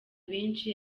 benshi